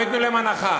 לא ייתנו להם הנחה.